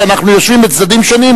כשאנחנו יושבים בצדדים שונים,